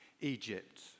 Egypt